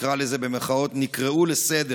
נקרא לזה "נקראו לסדר",